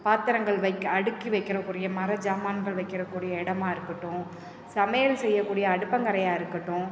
பாத்திரங்கள் வெக்க அடுக்கி வைக்கிறக்குரிய மர ஜாமான்கள் வைக்கிறக் கூடிய இடமா இருக்கட்டும் சமையல் செய்யக் கூடிய அடுப்பங்கரையாக இருக்கட்டும்